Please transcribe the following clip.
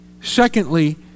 Secondly